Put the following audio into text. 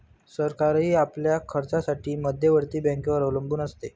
सरकारही आपल्या खर्चासाठी मध्यवर्ती बँकेवर अवलंबून असते